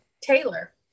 Taylor